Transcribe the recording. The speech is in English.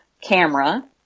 camera